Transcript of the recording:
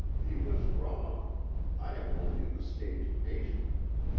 he was wrong i am only an escaped patient.